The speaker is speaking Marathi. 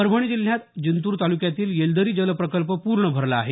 परभणी जिल्ह्यात जिंतूर तालुक्यातील येलदरी जल प्रकल्प पूर्ण भरला आहे